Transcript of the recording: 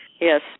Yes